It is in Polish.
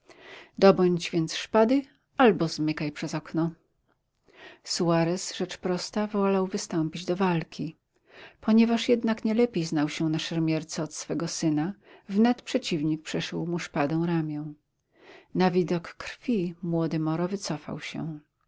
pojedynkować dobądź więc szpady albo zmykaj przez okno suarez rzecz prosta wolał wystąpić do walki ponieważ jednak nie lepiej znał się na szermierce od swego syna wnet przeciwnik przeszył mu szpadą ramię na widok krwi miody moro wycofał się